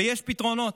ויש פתרונות.